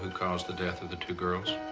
and caused the death of the two girls?